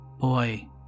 Boy